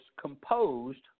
composed